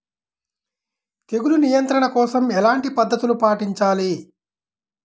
తెగులు నియంత్రణ కోసం ఎలాంటి పద్ధతులు పాటించాలి?